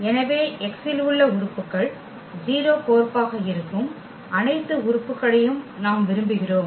எனவே X இல் உள்ள உறுப்புகள் 0 கோர்ப்பாக இருக்கும் அனைத்து உறுப்புகளையும் நாம் விரும்புகிறோம்